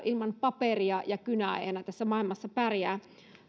ilman paperia ja kynää ei enää tässä maailmassa pärjää